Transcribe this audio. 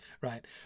right